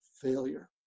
failure